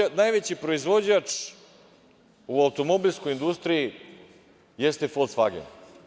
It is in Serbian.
Recimo, najveći proizvođač u automobilskoj industriji jeste "Folksvagen"